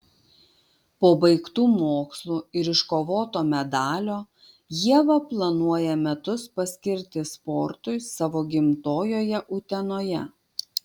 po baigtų mokslų ir iškovoto medalio ieva planuoja metus paskirti sportui savo gimtojoje utenoje